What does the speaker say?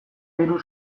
diru